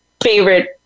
favorite